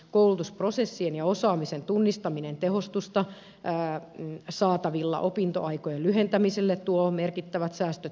koulutusprosessien ja osaamisen tunnistaminen tehostusta saatavilla opintoaikojen lyhentämiselle tuo merkittävät säästöt